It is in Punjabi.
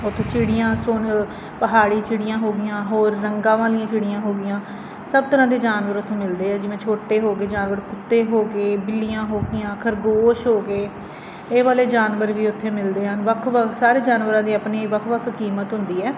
ਉੱਥੋਂ ਚਿੜੀਆਂ ਸੋਨ ਪਹਾੜੀ ਚਿੜੀਆਂ ਹੋ ਗਈਆਂ ਹੋਰ ਰੰਗਾਂ ਵਾਲੀਆਂ ਚਿੜੀਆਂ ਹੋ ਗਈਆਂ ਸਭ ਤਰ੍ਹਾਂ ਦੇ ਜਾਨਵਰ ਉੱਥੋਂ ਮਿਲਦੇ ਆ ਜਿਵੇਂ ਛੋਟੇ ਹੋ ਗਏ ਜਾਨਵਰ ਕੁੱਤੇ ਹੋ ਗਏ ਬਿੱਲੀਆਂ ਹੋ ਗਈਆਂ ਖਰਗੋਸ਼ ਹੋ ਗਏ ਇਹ ਵਾਲੇ ਜਾਨਵਰ ਵੀ ਉੱਥੇ ਮਿਲਦੇ ਹਨ ਵੱਖ ਵੱਖ ਸਾਰੇ ਜਾਨਵਰਾਂ ਦੀਆਂ ਆਪਣੀ ਵੱਖ ਵੱਖ ਕੀਮਤ ਹੁੰਦੀ ਹੈ